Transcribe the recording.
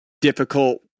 difficult